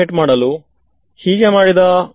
so ನ್ನು ತೆಗೆಯಿರಿ